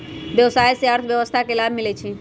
व्यवसाय से अर्थव्यवस्था के लाभ मिलइ छइ